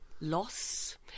loss